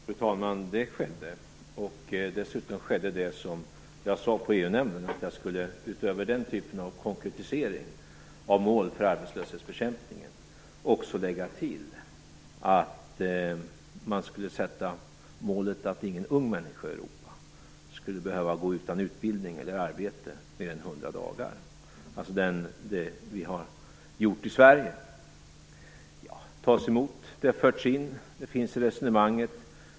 Fru talman! Det skedde. Dessutom skedde det som jag talade om på EU-nämnden. Jag skulle utöver den typen av konkretisering av mål för arbetslöshetsbekämpningen också lägga till att vi skall ha som mål att ingen ung människa i Europa skall gå utan utbildning eller arbete mer än hundra dagar. Det är det vi har sagt i Sverige. Hur togs det emot? Det har förts in i resonemanget.